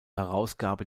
herausgabe